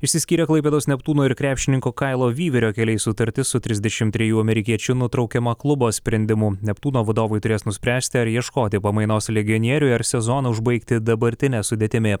išsiskyrė klaipėdos neptūno ir krepšininko kailo vyverio keliai sutartis su trisdešim trejų amerikiečiu nutraukiama klubo sprendimu neptūno vadovai turės nuspręsti ar ieškoti pamainos legionieriui ar sezoną užbaigti dabartine sudėtimi